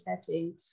setting